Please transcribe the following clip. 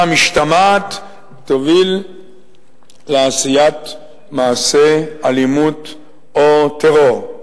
משתמעת תוביל לעשיית מעשה אלימות או טרור".